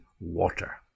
water